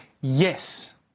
Yes